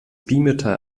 bimetall